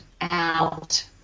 out